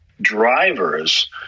drivers